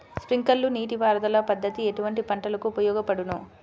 Sprinkler నీటిపారుదల పద్దతి ఎటువంటి పంటలకు ఉపయోగపడును?